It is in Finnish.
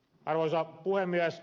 arvoisa puhemies